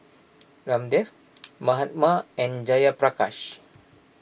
Ramdev Mahatma and Jayaprakash